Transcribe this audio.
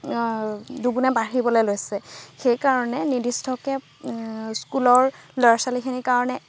দুগুণে বাঢ়িবলৈ লৈছে সেইকাৰণে নিৰ্দিষ্টকৈ স্কুলৰ ল'ৰা ছোৱালীখিনিৰ কাৰণে